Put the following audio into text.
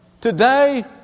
Today